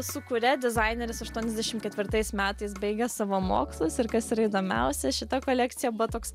su kuria dizaineris aštuoniasdešim ketvirtais metais baigė savo mokslus ir kas yra įdomiausia šita kolekcija bo toks